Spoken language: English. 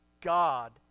God